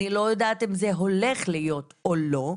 אני לא יודעת אם זה הולך להיות או לא.